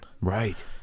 right